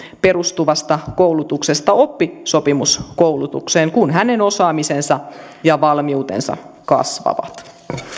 perustuvasta koulutuksesta oppisopimuskoulutukseen kun hänen osaamisensa ja valmiutensa kasvavat